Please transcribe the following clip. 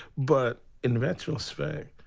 but in retrospect,